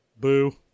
Boo